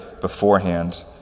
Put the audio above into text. beforehand